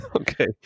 okay